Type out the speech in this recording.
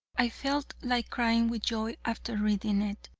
i felt like crying with joy after reading it,